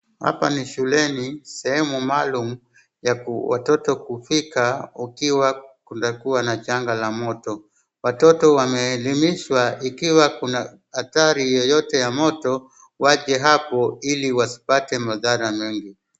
Hapa ni shuleni sehemu maalum ya watoto kufika ukiwa kutakuwa na janga la moto. Watoto wameelimishwa ikiwa kuna hatari yoyote ya moto waje hapo ili wasipate madhara mengi.